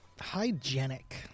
Hygienic